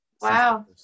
Wow